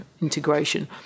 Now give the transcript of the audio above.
integration